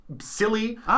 silly